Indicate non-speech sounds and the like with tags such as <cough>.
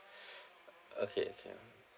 <breath> okay can